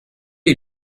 les